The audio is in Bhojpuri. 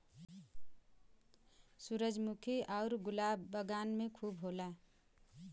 सूरजमुखी आउर गुलाब बगान में खूब होला